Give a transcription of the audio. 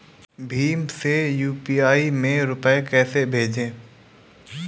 भीम से यू.पी.आई में रूपए कैसे भेजें?